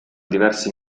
diversi